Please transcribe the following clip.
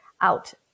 out